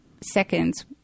seconds